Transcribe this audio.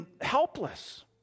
helpless